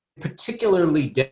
particularly